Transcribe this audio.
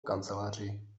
kanceláři